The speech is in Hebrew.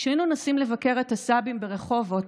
כשהיינו נוסעים לבקר את הסבים ברחובות,